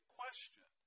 question